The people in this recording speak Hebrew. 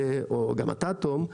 גם אתה תום,